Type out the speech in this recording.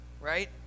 right